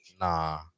Nah